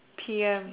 P_M